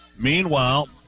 Meanwhile